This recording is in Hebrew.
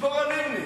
צפורה לבני.